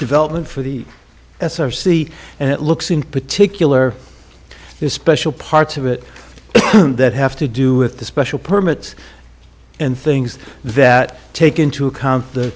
development for the s r c and it looks in particular this special parts of it that have to do with the special permits and things that take into account the